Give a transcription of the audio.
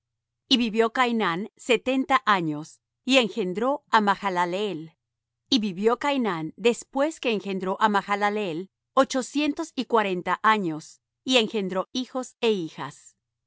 y vivió cainán setenta años y engendró á mahalaleel y vivió cainán después que engendró á mahalaleel ochocientos y cuarenta años y engendró hijos é hijas